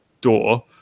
door